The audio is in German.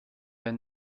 ein